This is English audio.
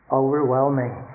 overwhelming